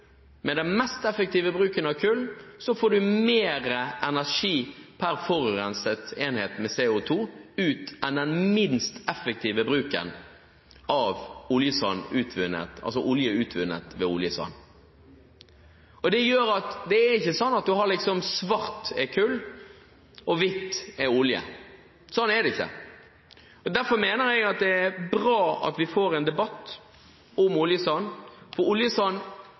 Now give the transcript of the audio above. med den mest effektive bruken av kull får en ut mer energi per forurenset enhet med CO2 enn med den minst effektive bruken av olje utvunnet ved oljesand. Det er ikke slik at svart er kull og hvitt er olje – slik er det ikke. Derfor mener jeg at det er bra at vi får en debatt om oljesand, for oljesand